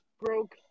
broke